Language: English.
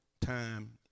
Time